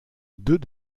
deux